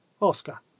oscar